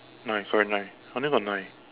nine sorry nine I only got nine